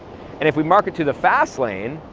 and if we market to the fast lane,